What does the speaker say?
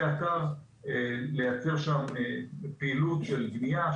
האתר כל השנים לייצר שם פעילות של בנייה,